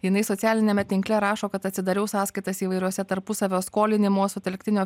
jinai socialiniame tinkle rašo kad atsidariau sąskaitas įvairiose tarpusavio skolinimo sutelktinio